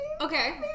Okay